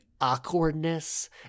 awkwardness